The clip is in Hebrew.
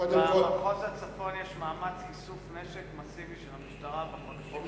במחוז הצפון יש מאמץ איסוף נשק מסיבי של המשטרה בחודשים,